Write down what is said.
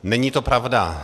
Není to pravda.